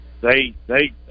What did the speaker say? they—they